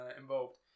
involved